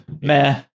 Meh